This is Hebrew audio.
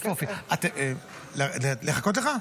לחכות לך?